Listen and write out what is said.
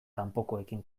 kanpokoekin